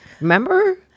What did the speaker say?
Remember